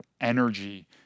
energy